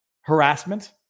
harassment